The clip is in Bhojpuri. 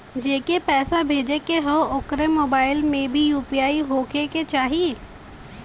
जेके पैसा भेजे के ह ओकरे मोबाइल मे भी यू.पी.आई होखे के चाही?